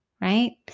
right